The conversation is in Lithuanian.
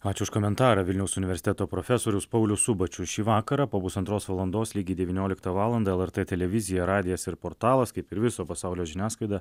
ačiū už komentarą vilniaus universiteto profesorius paulius subačius šį vakarą po pusantros valandos lygiai devynioliktą valandą lrt televizija radijas ir portalas kaip ir viso pasaulio žiniasklaida